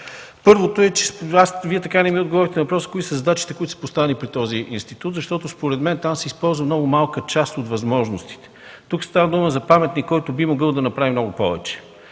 Всъщност Вие така и не ми отговорихте на въпроса кои са задачите, поставени пред този институт. Според мен там се използват много малка част от възможностите. Става дума за паметник, който би могъл да направи много повече.